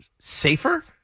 safer